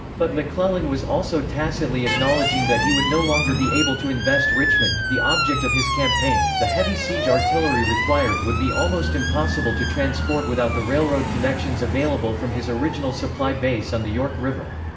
but mcclellan was also tacitly acknowledging that he would no longer be able to invest richmond, the object of his campaign the heavy siege artillery required would be almost impossible to transport without the railroad connections available from his original supply base on the york river.